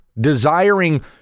desiring